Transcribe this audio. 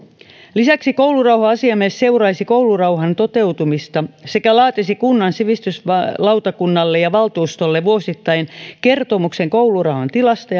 lisäksi koulurauha asiamies seuraisi koulurauhan toteutumista sekä laatisi kunnan sivistyslautakunnalle ja valtuustolle vuosittain kertomuksen koulurauhan tilasta